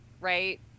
right